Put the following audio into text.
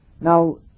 Now